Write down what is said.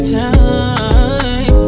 time